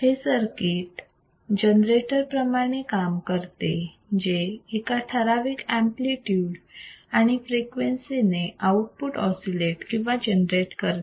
हे circuit generator प्रमाणे काम करते जे एका ठराविक एम्पलीट्यूड आणि फ्रिक्वेन्सी ने आउटपुट ऑसिलेट किंवा जनरेट करते